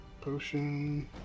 Potion